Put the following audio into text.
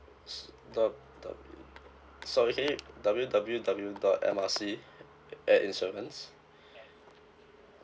s~ dot W sorry W_W_W dot M R C at insurance